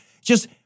Just-